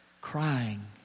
Crying